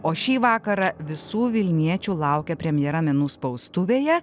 o šį vakarą visų vilniečių laukia premjera menų spaustuvėje